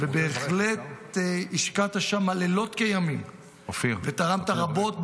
בהחלט השקעת שם לילות כימים ותרמת רבות,